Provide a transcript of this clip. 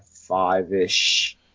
five-ish